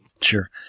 Sure